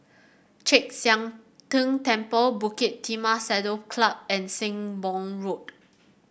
Chek Sian Tng Temple Bukit Timah Saddle Club and Sembong Road